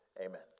amen